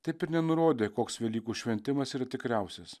taip ir nenurodė koks velykų šventimas yra tikriausias